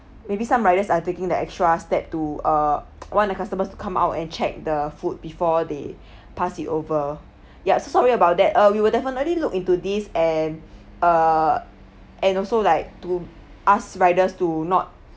maybe some riders are taking the extra step to err want the customers to come out and check the food before they pass it over ya so sorry about that uh we will definitely look into this and uh and also like to ask riders to not